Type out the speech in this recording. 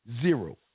zero